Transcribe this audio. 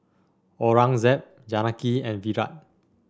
Aurangzeb Janaki and Virat